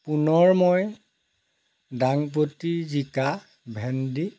পুনৰ মই দাং বডি জিকা ভেন্দি